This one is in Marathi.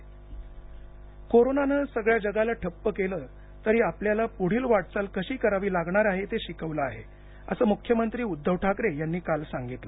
उद्धव ठाकरे कोरोनानं सगळ्या जगाला ठप्प केलं तरी आपल्याला प्ढील वाटचाल कशी करावी लागणार आहे ते शिकवलं आहे असं मुख्यमंत्री उद्धव ठाकरे यांनी काल सांगितलं